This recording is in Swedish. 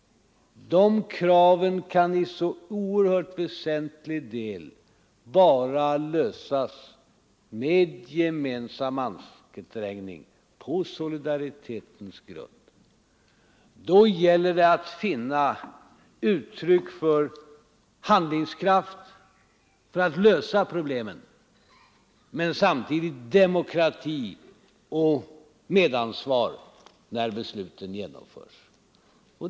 De kraven kan i så oerhört väsentlig del bara tillgodoses med gemensamma ansträngningar på solidaritetens grund. Då gäller det att finna uttryck för handlingskraft för att lösa problemen men samtidigt demokrati och medansvar när besluten genomförs.